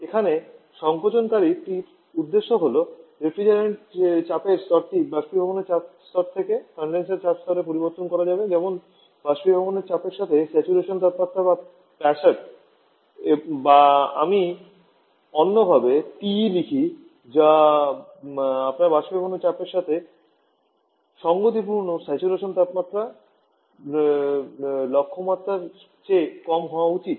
এখানে সংকোচকারীটির উদ্দেশ্য হল রেফ্রিজারেন্টের চাপের স্তরটি বাষ্পীভবনের চাপ স্তর থেকে কনডেনসার চাপ স্তরে পরিবর্তন করা যেমন বাষ্পীভবনের চাপের সাথে স্যাচুরেশন তাপমাত্রা যা Psat বা আমি অন্যভাবে TE লিখি যা আপনার বাষ্পীভবনের চাপের সাথে সঙ্গতিপূর্ণ স্যাচুরেশন তাপমাত্রা লক্ষ্যমাত্রার চেয়ে কম হওয়া উচিত